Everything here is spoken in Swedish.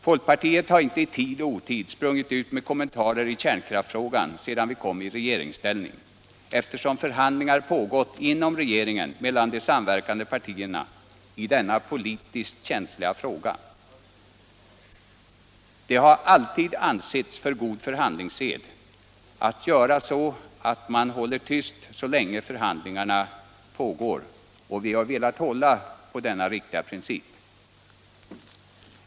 Folkpartiet har inte i tid och otid sprungit ut med kommentarer i kärnkraftsfrågan sedan det kom i regeringsställning, eftersom förhandlingar pågått inom regeringen mellan de samverkande partierna i denna politiskt känsliga fråga. Det har alltid ansetts vara god förhandlingssed att göra så, dvs. att hålla tyst så länge förhandlingarna pågår. Vi har velat hålla på denna riktiga princip.